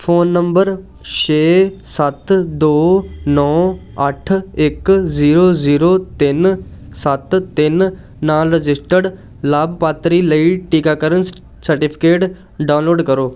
phone number ਛੇ ਸੱਤ ਦੋ ਨੌਂ ਅੱਠ ਇਕ ਜ਼ੀਰੋ ਜ਼ੀਰੋ ਤਿੰਨ ਸੱਤ ਤਿੰਨ ਨਾਲ ਰਜਿਸਟਰਡ ਲਾਭਪਾਤਰੀ ਲਈ ਟੀਕਾਕਰਨ ਸਰਟੀਫਿਕੇਟ ਡਾਊਨਲੋਡ ਕਰੋ